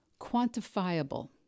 quantifiable